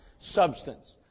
substance